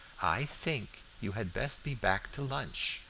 i think you had best be back to lunch,